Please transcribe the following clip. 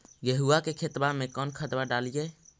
गेहुआ के खेतवा में कौन खदबा डालिए?